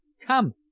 Come